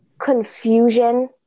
confusion